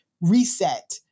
reset